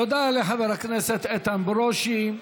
תודה לחבר הכנסת איתן ברושי.